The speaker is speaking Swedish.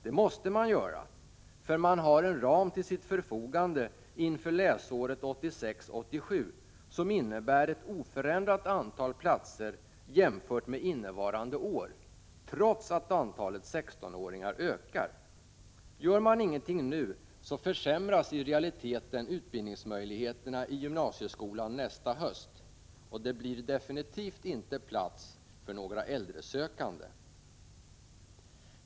Det måste de göra för de har en ram att hålla sig inom för läsåret 1986/87 som innebär ett oförändrat antal platser jämfört med innevarande år trots att antalet 16-åringar ökar. Gör de ingenting nu försämras i realiteten utbildningsmöjligheterna i gymnasieskolan nästa höst, och det blir definitivt inte plats för några äldresökande.